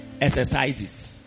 exercises